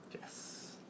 Yes